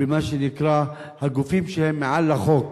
במה שנקרא "הגופים שהם מעל החוק",